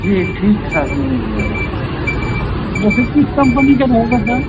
जी ठीक ठाक में मिल जाएगा जैसे किस कम्पनी का रहेगा सर